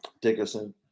Dickerson